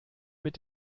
mit